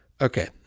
Okay